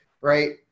Right